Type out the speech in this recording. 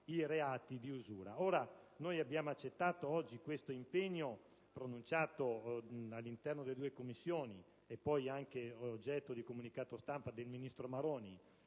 i reati di usura. Ebbene, oggi abbiamo accettato questo impegno, pronunciato all'interno delle due Commissioni e poi anche oggetto di comunicato stampa da parte del ministro Maroni,